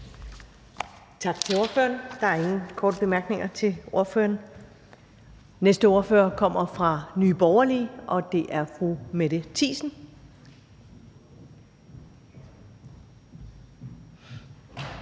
Folkepartis ordfører. Der er ingen korte bemærkninger til ordføreren. Og næste ordfører kommer fra Nye Borgerlige, og det er fru Mette Thiesen.